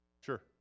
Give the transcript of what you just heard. Sure